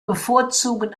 bevorzugen